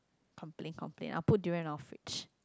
complain complain I'll put durian in our fridge